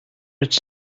its